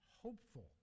hopeful